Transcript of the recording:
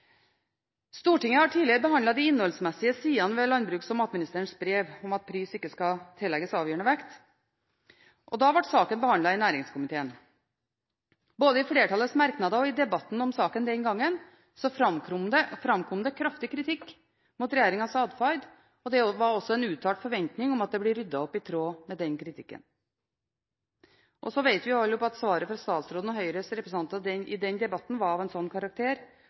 Stortinget har tidligere behandlet de innholdsmessige sidene ved landbruks- og matministerens brev om at pris ikke skal tillegges avgjørende vekt. Da ble saken behandlet i næringskomiteen. Både i flertallets merknader og i debatten om saken den gang framkom det kraftig kritikk mot regjeringens atferd, og det var også en uttalt forventning om at det ble ryddet opp i tråd med den kritikken. Så vet vi alle sammen at svaret fra statsråden og Høyres representanter i den debatten var av en slik karakter